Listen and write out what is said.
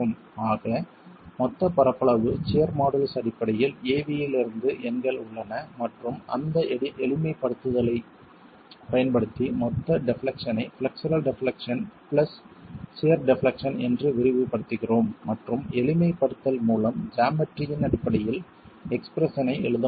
ஆக மொத்த பரப்பளவு சியர் மாடுலஸ் அடிப்படையில் Av இலிருந்து எண்கள் உள்ளன மற்றும் அந்த எளிமைப்படுத்தல்களைப் பயன்படுத்தி மொத்த டெப்லெக்சனை flexural deflection plus shear deflection என்று விரிவுபடுத்துகிறோம் மற்றும் எளிமைப்படுத்தல் மூலம் ஜாமெட்ரியின் அடிப்படையில் எஸ்பிரசன் ஐ எழுத முடியும்